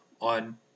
on